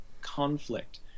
conflict